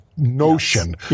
notion